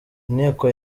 inteko